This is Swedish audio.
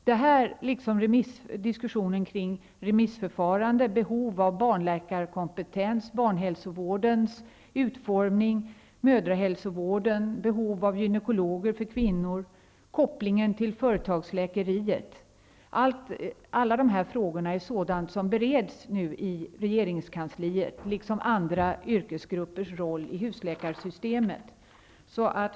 Dessa frågor, liksom frågorna om remissförfarandet, behovet av barnläkarkompetens, barnhälsovårdens utformning, mödrahälsovården, behovet av gynekologer för kvinnor, kopplingen till företagsläkarna och de andra yrkesgruppernas roll i husläkarsystemet, bereds nu i regeringskansliet.